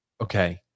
Okay